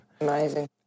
Amazing